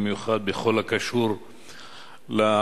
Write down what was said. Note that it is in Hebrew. במיוחד בכל הקשור למגזר.